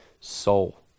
soul